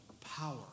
power